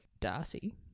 Darcy